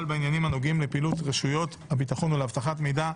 בעניינים הנוגעים לפעילות רשויות הביטחון ולאבטחת מידע,